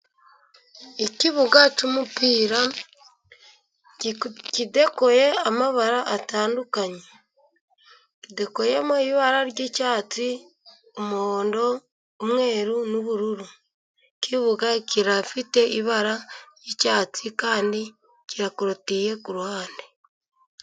Ikibuga cy'umupira kidekoye amabara atandukanye, kidekoyemo ibara ry'icyatsi, umuhondo, umweru n'ubururu, ikibuga gifite ibara ry'icyatsi kandi kirakorutiriye ku ruhande.